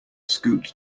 scoot